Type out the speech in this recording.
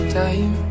time